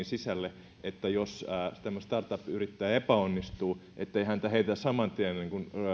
sisälle että jos tämä startup yrittäjä epäonnistuu häntä ei heitetä saman tien